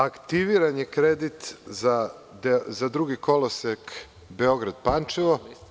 Aktiviran je kredit za drugi kolosek Beograd-Pančevo.